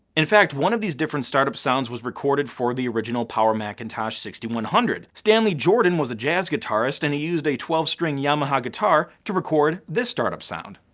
in fact, one of these different startup sounds was recorded for the original power macintosh six thousand one hundred. stanley jordan was a jazz guitarist and he used a twelve string yamaha guitar to record this startup sound.